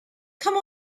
come